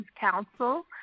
Council